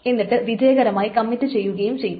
എന്നിട്ട് വിജയകരമായി കമ്മിറ്റ് ചെയ്യുകയും ചെയ്യും